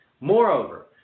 Moreover